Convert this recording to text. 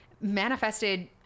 manifested